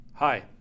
Hi